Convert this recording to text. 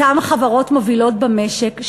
אותן חברות מובילות במשק,